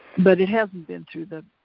but it hasn't been through the,